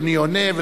אדוני עונה,